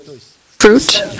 fruit